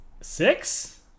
six